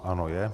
Ano, je.